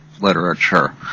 literature